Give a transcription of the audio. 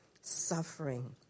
suffering